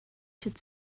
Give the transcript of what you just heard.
should